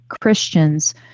Christians